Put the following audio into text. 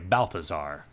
Balthazar